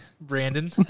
Brandon